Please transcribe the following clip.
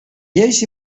lleis